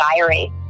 diary